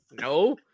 No